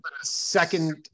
second